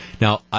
Now